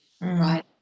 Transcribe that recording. right